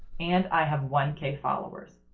and i have one k followers.